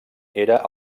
era